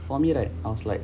for me right I was like